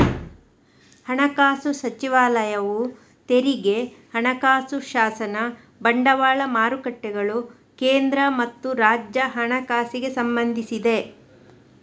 ಹಣಕಾಸು ಸಚಿವಾಲಯವು ತೆರಿಗೆ, ಹಣಕಾಸು ಶಾಸನ, ಬಂಡವಾಳ ಮಾರುಕಟ್ಟೆಗಳು, ಕೇಂದ್ರ ಮತ್ತು ರಾಜ್ಯ ಹಣಕಾಸಿಗೆ ಸಂಬಂಧಿಸಿದೆ